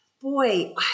boy